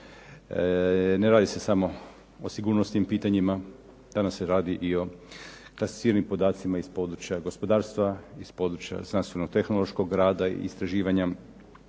Ne radi se samo o sigurnosnim pitanjima, danas se radi i o klasificiranim podacima iz područja gospodarstva, iz područja znanstveno-tehnološkog rada, istraživanja,